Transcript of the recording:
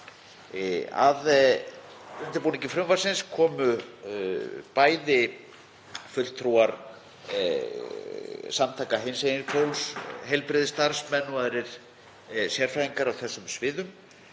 Að undirbúningi frumvarpsins komu bæði fulltrúar samtaka hinsegin fólks, heilbrigðisstarfsmenn og aðrir sérfræðingar á þessum sviðum